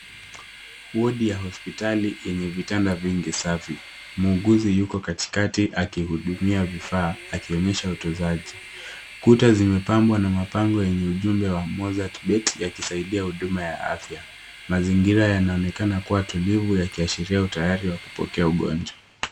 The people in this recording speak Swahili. Wadi ya hospitali yenye vitanda vingi safi. Muuguzi yuko katikati akihudumia vifaa, akionyesha utunzaji. Kuta zimepambwa na mapambo yenye ujumbe wa Mozzartbet yakisaidia huduma ya afya. Mazingira yanaonekana kuwa tulivu, yakiashiria utayari wa kupokea ugonjwa.